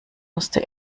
musste